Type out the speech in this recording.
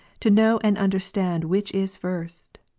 to know and understand which is first,